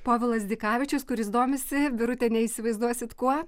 povilas dikavičius kuris domisi birute neįsivaizduosit kuo